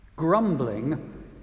Grumbling